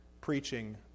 preaching